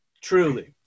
Truly